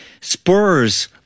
Spurs